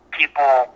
people